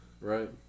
right